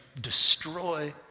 destroy